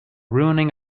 ruining